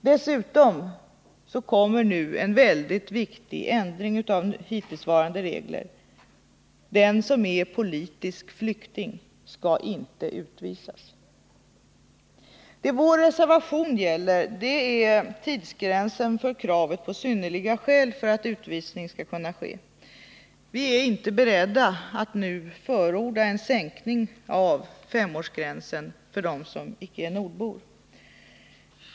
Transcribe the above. Dessutom blir det nu en väldigt viktig ändring av de hittillsvarande reglerna, som innebär att den som är politisk flykting inte skall utvisas. Det vår reservation gäller är tidsgränsen för kravet på synnerliga skäl för att utvisning skall kunna ske. Vi är inte beredda att nu förorda en sänkning av femårsgränsen för dem som icke är nordbor.